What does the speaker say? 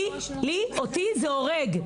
אותי זה הורג,